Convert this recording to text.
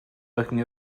looking